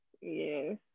yes